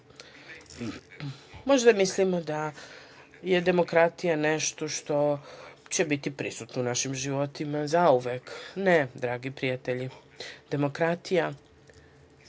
Možda mislimo da je demokratija nešto što će biti prisutno u našim života zauvek. Ne, dragi prijatelji, demokratija